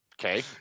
okay